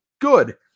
good